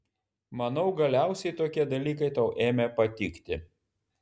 manau galiausiai tokie dalykai tau ėmė patikti